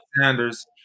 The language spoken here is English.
Sanders